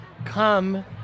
come